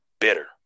bitter